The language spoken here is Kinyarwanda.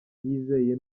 yizeye